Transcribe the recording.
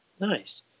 Nice